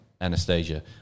Anastasia